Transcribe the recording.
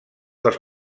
dels